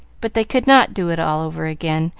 but they could not do it all over again,